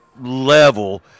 level